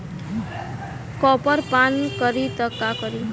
Copper पान करी त का करी?